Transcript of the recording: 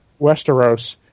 Westeros